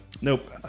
nope